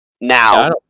Now